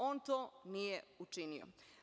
On to nije učinio.